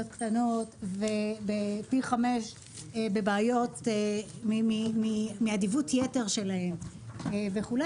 קטנות ופי 5 בבעיות מאדיבות יתר שלהם וכו'.